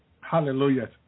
Hallelujah